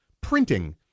printing